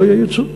לא יהיה ייצוא.